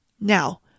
Now